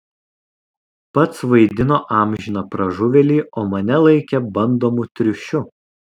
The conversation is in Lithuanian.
pats vaidino amžiną pražuvėlį o mane laikė bandomu triušiu